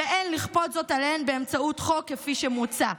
ואין לכפות זאת עליהן באמצעות חוק כפי שמוצע.